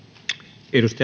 arvoisa